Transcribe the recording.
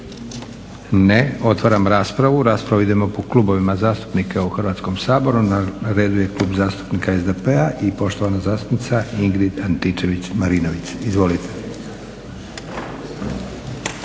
Ne. Otvaram raspravu. U raspravu idemo po klubovima zastupnika u Hrvatskom saboru. Na redu je Klub zastupnika SDP-a i poštovana zastupnica Ingrid Antičević-Marinović. Izvolite.